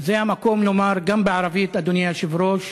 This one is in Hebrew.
זה המקום לומר גם בערבית, אדוני היושב-ראש